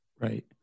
right